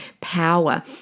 power